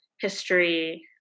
history